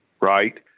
right